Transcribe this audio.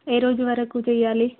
ఏ రోజు వరకు చెయ్యాలి